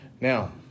Now